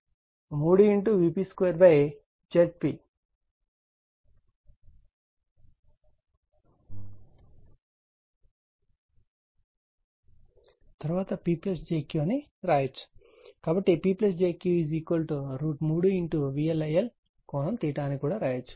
తరువాత P jQ అని వ్రాయవచ్చు కాబట్టి P jQ 3VLIL అని కూడా వ్రాయవచ్చు